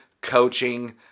coaching